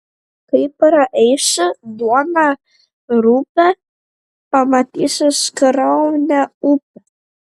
kai praeisi duoną rupią pamatysi sraunią upę